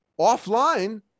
offline